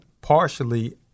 partially